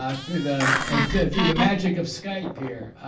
ah through the ah through the magic of skype here